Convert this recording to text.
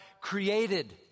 created